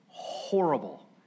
horrible